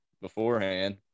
beforehand